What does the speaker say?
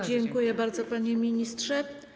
Dziękuję bardzo, panie ministrze.